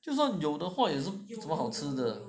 就算有的话也不怎么好吃的